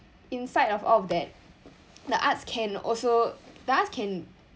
inside of all of that the arts can also the arts can